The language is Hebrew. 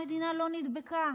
המדינה לא נדבקה.